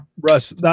Russ